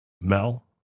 Mel